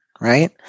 right